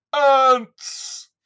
ANTS